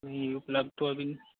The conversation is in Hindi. जी उपलब्ध तो अभी न